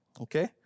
Okay